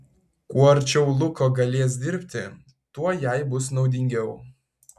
kuo arčiau luko galės dirbti tuo jai bus naudingiau